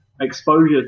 exposure